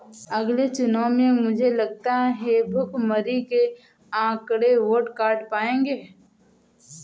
अगले चुनाव में मुझे लगता है भुखमरी के आंकड़े वोट काट पाएंगे